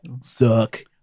Suck